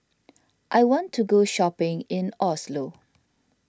I want to go shopping in Oslo